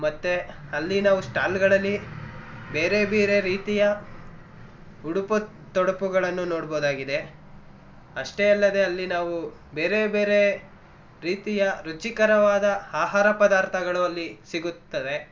ಮತ್ತೆ ಅಲ್ಲಿ ನಾವು ಸ್ಟಾಲ್ಗಳಲ್ಲಿ ಬೇರೆ ಬೇರೆ ರೀತಿಯ ಉಡುಪು ತೊಡಪುಗಳನ್ನು ನೋಡ್ಬೋದಾಗಿದೆ ಅಷ್ಟೇ ಅಲ್ಲದೇ ಅಲ್ಲಿ ನಾವು ಬೇರೆ ಬೇರೆ ರೀತಿಯ ರುಚಿಕರವಾದ ಆಹಾರ ಪದಾರ್ಥಗಳೂ ಅಲ್ಲಿ ಸಿಗುತ್ತವೆ